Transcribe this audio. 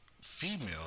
female